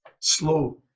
slow